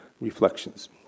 reflections